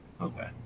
Okay